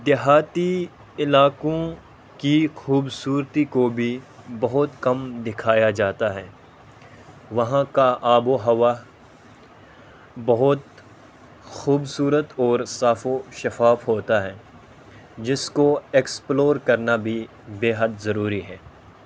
دیہاتی علاقوں کی خوبصورتی کو بھی بہت کم دکھایا جاتا ہے وہاں کا آب و ہوا بہت خوبصورت اور صاف و شفاف ہوتا ہے جس کو ایکسپلور کرنا بھی بےحد ضروری ہے